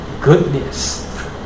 goodness